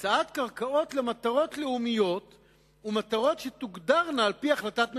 הקצאת קרקעות למטרות לאומיות ומטרות שתוגדרנה על-פי החלטת ממשלה.